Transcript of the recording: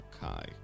Kai